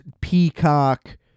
Peacock